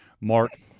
Mark